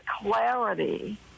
clarity